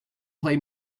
play